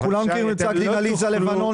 כולם מכירים את פסק דין עליזה לבנון,